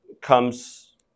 comes